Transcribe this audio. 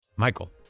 Michael